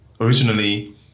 originally